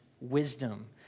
wisdom